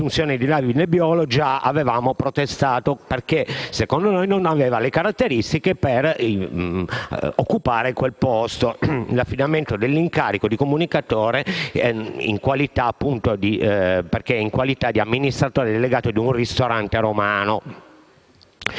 Sull'assunzione di David Nebiolo avevamo già protestato, perché secondo noi non aveva le caratteristiche per occupare quel posto (l'affidamento dell'incarico di comunicatore era avvenuto in qualità di amministratore delegato di un ristorante romano).